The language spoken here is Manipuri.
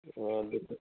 ꯑꯣ ꯑꯗꯨꯁꯨ